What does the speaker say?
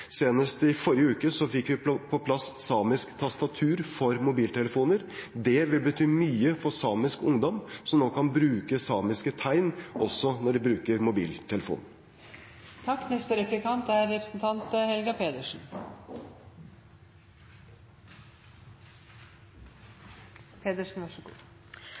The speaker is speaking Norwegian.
Senest i forrige uke fikk vi på plass samisk tastatur for mobiltelefoner. Det vil bety mye for samisk ungdom, som nå kan bruke samiske tegn også når de bruker mobiltelefon. Fremskrittspartiet i regjering har fredet Sametinget, og det er